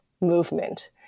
movement